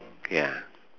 ya